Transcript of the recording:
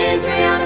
Israel